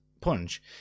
punch